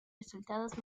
resultados